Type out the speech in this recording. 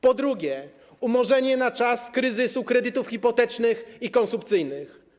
Po drugie, umorzenie na czas kryzysu kredytów hipotecznych i konsumpcyjnych.